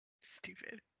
Stupid